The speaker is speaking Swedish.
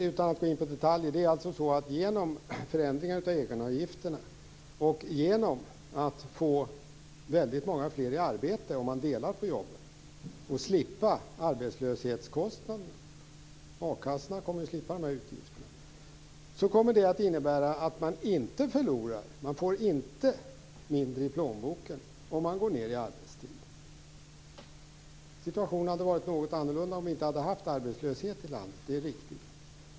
Utan att gå in på detaljer, är det alltså så att förändringar av egenavgifterna och väldigt många fler i arbete om man delar på jobben och slipper arbetslöshetskostnaderna - akassorna kommer att slippa de här utgifterna - innebär att man inte förlorar och inte får mindre i plånboken när man går ned i arbetstid. Situationen hade varit något annorlunda om vi inte hade haft arbetslöshet i landet - det är riktigt.